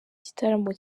igitaramo